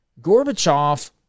Gorbachev